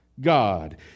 God